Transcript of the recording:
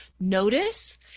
notice